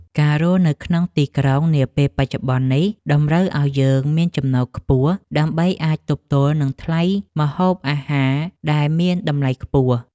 ការរស់នៅក្នុងទីក្រុងនាពេលបច្ចុប្បន្ននេះតម្រូវឱ្យយើងមានចំណូលខ្ពស់ ដើម្បីអាចទប់ទល់នឹងថ្លៃម្ហូបអាហារដែលមានតម្លៃខ្ពស់។